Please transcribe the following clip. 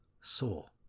soul